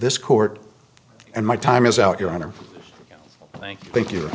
this court and my time is out your honor thank you thank you